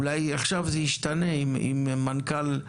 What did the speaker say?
אולי עכשיו זה ישתנה, עם מנכ"ל חדש.